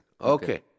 Okay